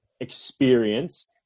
experience